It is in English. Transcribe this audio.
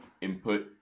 input